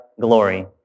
glory